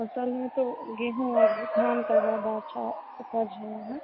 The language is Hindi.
फ़सल में तो गेहूँ और धान का ज़्यादा अच्छा उपज है ना